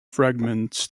fragments